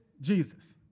Jesus